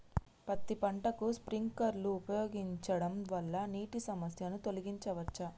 పత్తి పంటకు స్ప్రింక్లర్లు ఉపయోగించడం వల్ల నీటి సమస్యను తొలగించవచ్చా?